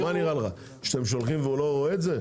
מה נראה לך שאתם שולחים והוא לא רואה את זה?